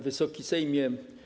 Wysoki Sejmie!